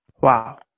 Wow